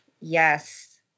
Yes